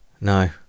no